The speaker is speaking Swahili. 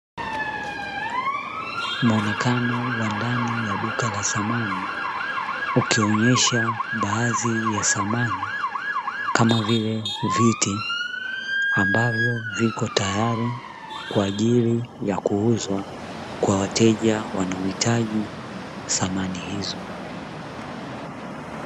Muonekano wa ndani ya duka la samani ukionyesha baadhi ya samani kama vile viti ambavyo viko tayari kwa ajili ya kuuzwa kwa wateja wanaohitaji samani hizo.